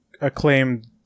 acclaimed